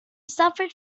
suffered